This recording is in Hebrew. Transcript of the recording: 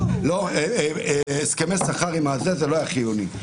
לא, הסכמי השכר זה לא היה חיוני.